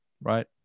right